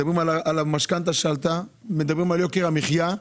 מדברים על המשכנתה שעלתה, מדברים על יוקר המחיה.